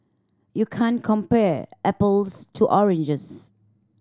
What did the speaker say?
you can't compare apples to oranges